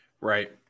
Right